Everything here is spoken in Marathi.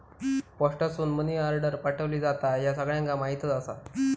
पोस्टासून मनी आर्डर पाठवली जाता, ह्या सगळ्यांका माहीतच आसा